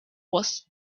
was